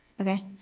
Okay